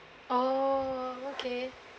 oh okay